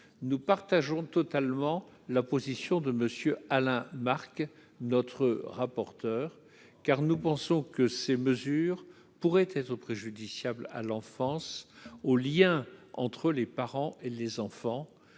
nous partageons totalement la position de monsieur Alain Marc notre rapporteur, car nous pensons que ces mesures pourraient être préjudiciables à l'enfance au lien entre les parents et les enfants